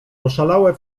oszalałe